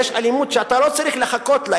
יש אלימות שאתה לא צריך לחכות לה,